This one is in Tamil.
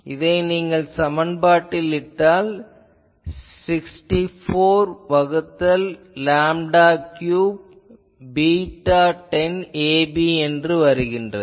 இதை நீங்கள் சமன்பாட்டில் இட்டால் 64 வகுத்தல் லேம்டா க்யூப் β10 ab எனக் கிடைக்கின்றது